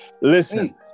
Listen